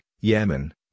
Yemen